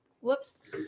Whoops